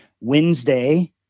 Wednesday